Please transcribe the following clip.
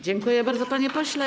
Dziękuję bardzo, panie pośle.